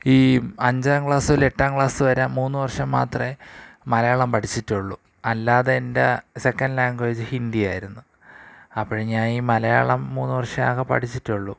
ഈ അഞ്ചാം ക്ലാസ് മുതൽ എട്ടാം ക്ലാസ് വരെ മൂന്ന് വർഷം മാത്രമേ മലയാളം പഠിച്ചിട്ടുള്ളൂ അല്ലാതെ എൻ്റെ സെക്കൻഡ് ലാംഗ്വേജ് ഹിന്ദി ആയിരുന്നു അപ്പോൾ ഞാൻ ഈ മലയാളം മൂന്ന് വർഷമേ ആകെ പഠിച്ചിട്ടുള്ളൂ